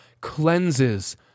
cleanses